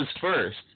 first